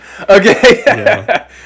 Okay